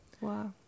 Wow